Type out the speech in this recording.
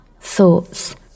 thoughts